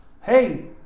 hey